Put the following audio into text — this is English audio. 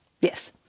Yes